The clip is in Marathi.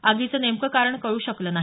आगीचं नेमकं कारण कळू शकलेलं नाही